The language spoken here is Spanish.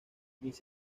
miss